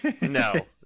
No